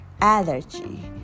allergy